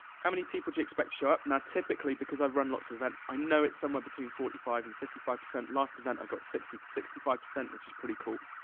how many people do you expect to show up? now, typically, because i've run lots of events, i know it's somewhere between forty five and fifty five percent. last event, i got sixty, sixty five percent, which is pretty cool.